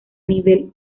nivel